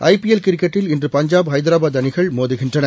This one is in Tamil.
ஐ பி எல் கிரிக்கெட்டில் இன்று பஞ்சாப் ஹைதராபாத் அணிகள் மோதுகின்றன